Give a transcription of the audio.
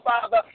Father